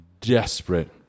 desperate